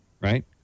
Right